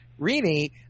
Rini